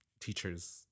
teachers